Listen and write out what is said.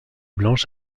blanche